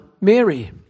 Mary